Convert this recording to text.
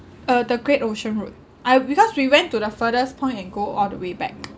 uh the great ocean road I because we went to the furthest point and go all the way back